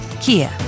Kia